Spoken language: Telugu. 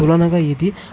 తూలనగా ఇది